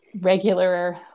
regular